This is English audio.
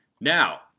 Now